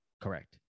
Correct